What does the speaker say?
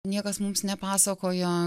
niekas mums nepasakojo